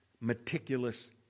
meticulous